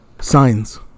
Signs